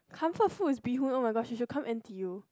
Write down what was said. comfort food is bee hoon oh-my-god she should come N_T_U